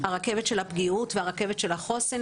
הרכבת של הפגיעות והרכבת של החוסן.